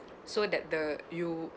so that the you